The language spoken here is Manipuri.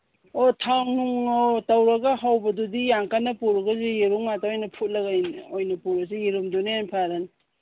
ꯑꯣ ꯊꯥꯎꯅꯨꯡ ꯇꯧꯔꯒ ꯍꯧꯕꯗꯨꯗꯤ ꯌꯥꯝ ꯀꯟꯅ ꯄꯨꯔꯒꯁꯨ ꯌꯦꯔꯨꯝ ꯉꯥꯛꯇ ꯑꯣꯏꯅ ꯐꯨꯠꯂꯒ ꯑꯣꯏꯅ ꯄꯨꯔꯁꯨ ꯌꯦꯔꯨꯝꯗꯨꯅ ꯍꯦꯟꯅ ꯐꯔꯅꯤ